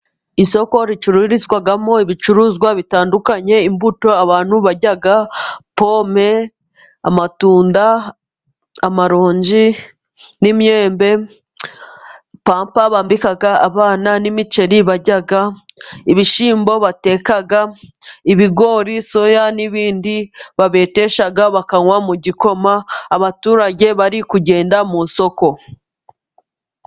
Isoko ricururizwamo ibicuruzwa bitandukanye, imbuto abantu barya, pome, amatunda, amaronji, n'imyembe, pampa bambika abana n'imiceri barya, ibishyimbo bateka, ibigori, soya, n'ibindi babetesha bakanywa mu gikoma, abaturage bari kugenda musoko.